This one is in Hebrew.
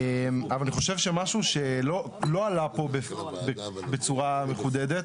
אבל אני חושב שמשהו שלא עלה פה בצורה מחודדת,